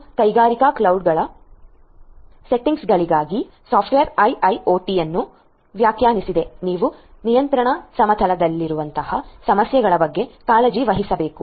ಮತ್ತು ಕೈಗಾರಿಕಾ ಕ್ಲೌಡ್ಗಳ ಸೆಟ್ಟಿಂಗ್ಗಳಿಗಾಗಿ ಸಾಫ್ಟ್ವೇರ್ IIoT ಅನ್ನು ವ್ಯಾಖ್ಯಾನಿಸಿದೆ ನೀವು ನಿಯಂತ್ರಣ ಸಮತಲದಲ್ಲಿರುವಂತಹ ಸಮಸ್ಯೆಗಳ ಬಗ್ಗೆ ಕಾಳಜಿ ವಹಿಸಬೇಕು